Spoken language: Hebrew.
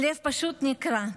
הלב פשוט נקרע.